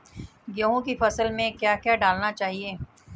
गेहूँ की फसल में क्या क्या डालना चाहिए?